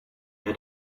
had